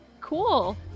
cool